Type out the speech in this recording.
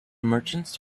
merchants